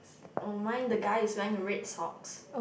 oh mine the guy is wearing red socks